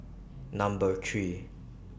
Number three